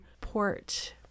port